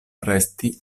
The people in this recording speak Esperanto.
resti